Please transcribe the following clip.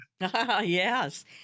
Yes